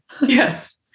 Yes